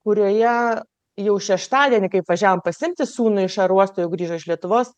kurioje jau šeštadienį kaip važiavom pasiimti sūnų iš aerouosto jau grįžo iš lietuvos